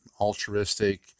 altruistic